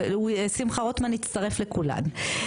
שמחה רוטמן הצטרף לכולן,